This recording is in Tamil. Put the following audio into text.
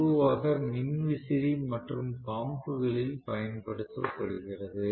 பொதுவாக மின்விசிறி மற்றும் பம்ப் களில் பயன்படுத்தப் படுகிறது